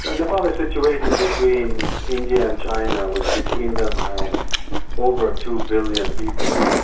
ah nepal is situated between india and china, which between them have over two billion people.